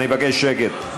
אני מבקש שקט.